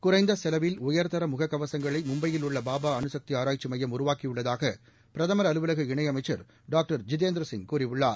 குறைந்த செலவில் உயர்தர முக கவசங்களை மும்பையில் உள்ள பாபா அனுசக்தி ஆராய்ச்சி மையம் உருவாக்கியுள்ளதாக பிரதமர் அலுவலக இணை அமைச்சர் டாக்டர் ஜிதேந்திரசிங் கூறியுள்ளார்